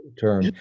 term